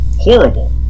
horrible